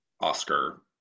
Oscar